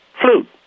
flute